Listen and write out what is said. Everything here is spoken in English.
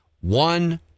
One